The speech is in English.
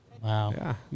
Wow